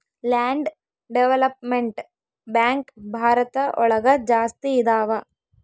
land development bank Bharat ಒಳಗ ಜಾಸ್ತಿ ಇದಾವ